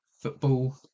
football